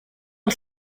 els